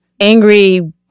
angry